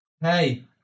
Hey